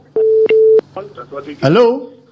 Hello